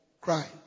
Christ